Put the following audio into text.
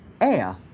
air